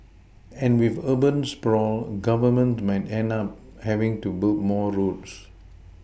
and with urban sprawl Governments might end up having to build more roads